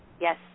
Yes